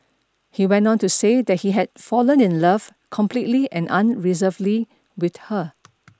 he went on to say that he had fallen in love completely and unreservedly with her